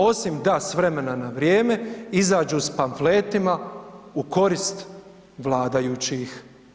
Osim da s vremena na vrijeme izađu s pamfletima u korist vladajućih.